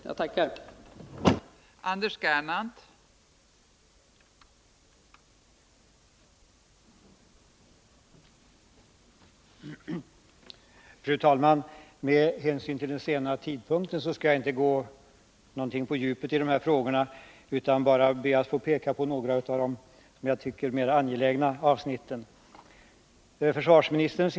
Jag tackar för beskeden.